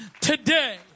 today